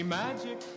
magic